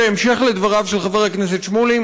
בהמשך לדבריו של חבר הכנסת שמולי,